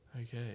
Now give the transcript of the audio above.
Okay